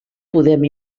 podem